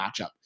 matchup